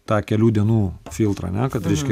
tą kelių dienų filtrą ane kad reiškia